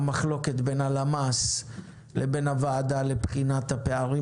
הנחלוקת בין הלמ"סב לבין הוועדה לבחינת הפערים